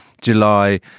july